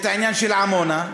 את העניין של עמונה.